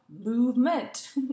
movement